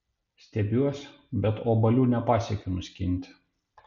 stiebiuos bet obuolių nepasiekiu nuskinti